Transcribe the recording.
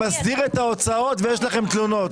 מסדיר את ההוצאות ויש לכם תלונות.